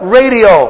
radio